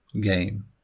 game